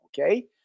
Okay